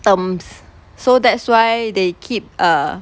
terms so that's why they keep err